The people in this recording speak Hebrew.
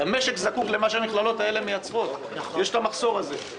כי המשק זקוק למה שהמכללות האלה מייצרות - יש את המחסור הזה.